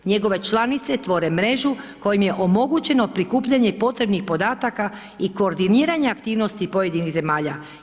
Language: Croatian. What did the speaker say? Njegove članice tvore mrežu kojim je omogućeno prikupljanje potrebnih podataka i koordiniranja aktivnosti pojedinih zemalja.